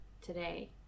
today